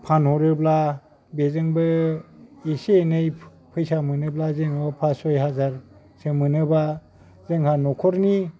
फानहरोब्ला बेजोंबो एसे एनै फै फैसा मोनोब्ला जोङो पास सय हाजारसो मोनोबा जोंहा न'खरनि